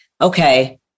okay